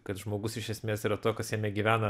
kad žmogus iš esmės yra to kas jame gyvena